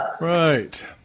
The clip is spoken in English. Right